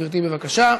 גברתי, בבקשה,